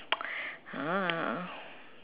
ah